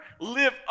live